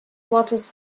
wortes